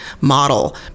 model